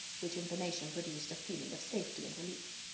which information produced a feeling of safety and relief.